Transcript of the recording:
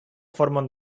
formon